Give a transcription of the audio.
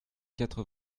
quatre